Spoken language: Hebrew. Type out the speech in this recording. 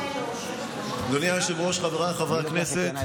אדוני היושב-ראש, חבריי חברי הכנסת,